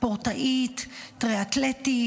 ספורטאית טריאתלטית,